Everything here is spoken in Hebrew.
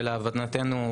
ולהבנתנו,